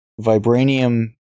vibranium